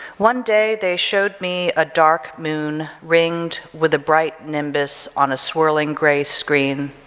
one day they showed me a dark moon ringed with a bright nimbus on a swirling gray screen,